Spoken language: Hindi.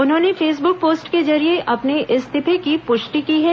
उन्होंने फेसबुक पोस्ट के जरिये अपने इस्तीर्फ की पुष्टि की है